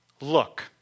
look